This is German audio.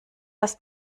das